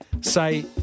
say